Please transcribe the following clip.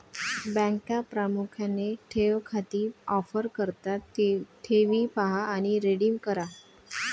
बँका प्रामुख्याने ठेव खाती ऑफर करतात ठेवी पहा आणि रिडीम करा